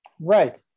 Right